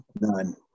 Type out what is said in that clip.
none